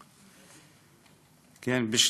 2. מה נעשה ומה ייעשה למניעת טביעות דומות?